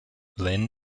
lin